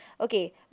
Okay